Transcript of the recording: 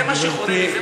זה מה שחורה לי.